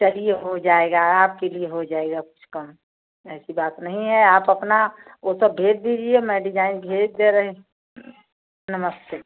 चलिए हो जाएगा आपके लिए हो जाएगा कुछ कम ऐसी बात नहीं हैं आप अपना वह सब भेज दीजिए मैं डिजाइन भेज दे रही हूँ नमस्ते